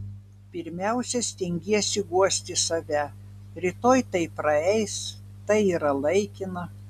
pirmiausia stengiesi guosti save rytoj tai praeis tai yra laikina